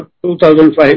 2005